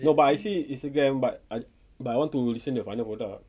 ya but I see instagram but I but I want to listen the final product